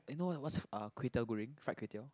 eh no lah what's kway-teow Goreng fried kway-teow